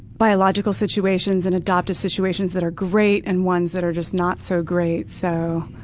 biological situations and adopted situations that are great and ones that are just not so great. so